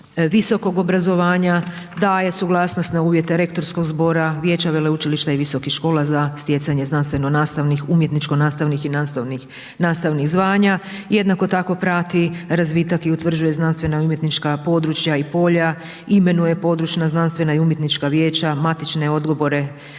visokog obrazovanja, daje suglasnost na uvjete rektorskog zbora, vijeća, veleučilišta i visokih škola za stjecanje znanstveno nastavnih, umjetničko nastavnih i nastavnih zvanja. Jednako tako prati razvitak i utvrđuje znanstvena i umjetnička područja i polja, imenuje područna znanstvena i umjetnička vijeća, matične odbore